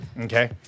Okay